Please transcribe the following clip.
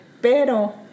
pero